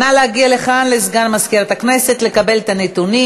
נא להגיע לכאן לסגן מזכירת הכנסת לקבל את הנתונים.